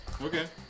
Okay